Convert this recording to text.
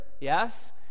Yes